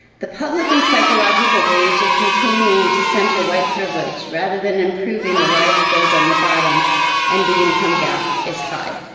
the public and psychological wage of continuing to center white privilege rather than improving the lives of those on the bottom and the income gap is high.